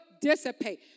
dissipate